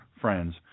friends